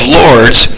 lords